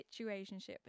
situationship